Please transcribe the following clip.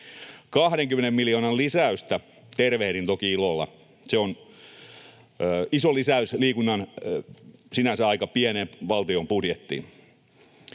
20 miljoonan lisäystä tervehdin toki ilolla. Se on iso lisäys liikunnan sinänsä aika pieneen valtion budjettiin.